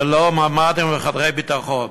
ללא ממ"דים וחדרי ביטחון.